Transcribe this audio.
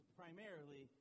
primarily